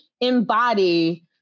embody